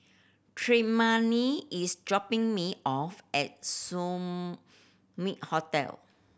Tremayne is dropping me off at Hotel